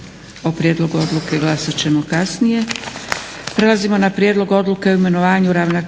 O prijedlogu odluke glasat ćemo kasnije.